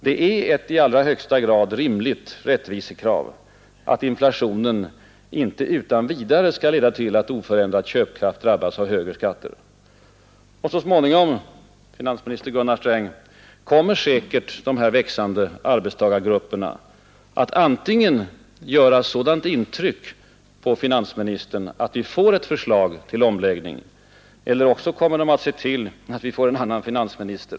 Det är ett i allra högsta grad rimligt rättvisekrav att inflationen inte utan vidare skall leda till att oförändrad köpkraft drabbas Så småningom, finansminister Gunnar Sträng, kommer säkert de här växande arbetstagargrupperna antingen att göra sådant intryck på finansministern att vi får ett förslag till omläggning, eller också kommer de att se till att vi får en annan finansminister.